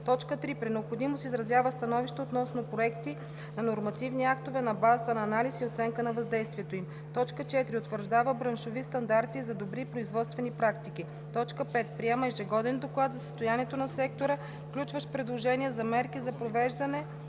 3. при необходимост изразява становища относно проекти на нормативни актове на базата на анализ и оценка на въздействието им; 4. утвърждава браншови стандарти за добри производствени практики; 5. приема ежегоден доклад за състоянието на сектора, включващ предложения за мерки за провеждане